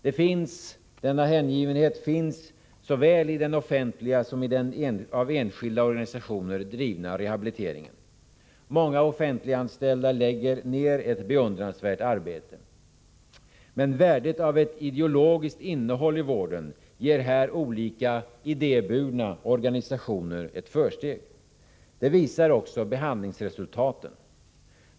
Det finns både i den offentliga och i den av enskilda organisationer drivna rehabiliteringen. Många offentliganställda lägger ned ett beundransvärt arbete. Men värdet av ett ideologiskt innehåll i vården ger här olika idéburna organisationer ett försteg. Det visar också behandlingsresultaten.